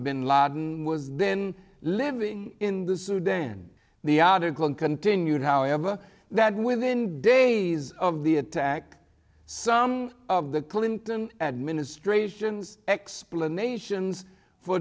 bin laden was then living in the sudan the article continued however that within days of the attack some of the clinton administration's explanations for